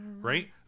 right